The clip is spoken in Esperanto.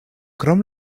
krom